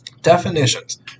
Definitions